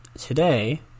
Today